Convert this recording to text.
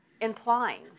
implying